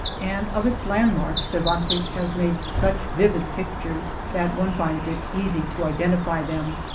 and of its landmarks cervantes has made such vivid pictures that one finds it easy to identify them.